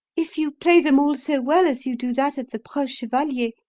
if you play them all so well as you do that of the preux chevalier,